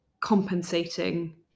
compensating